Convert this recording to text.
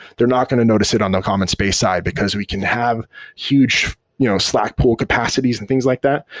they're not going to notice it on the common space side, because we can have huge you know slack pool capacities and things like that,